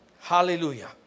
Hallelujah